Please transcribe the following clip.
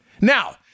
Now